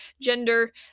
gender